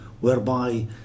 whereby